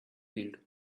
field